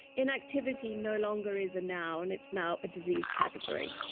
inactivity no longer is a noun, it's now a disease category.